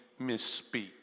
misspeak